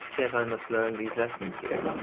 yet i must learn these lessons here,